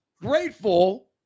grateful